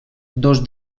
dos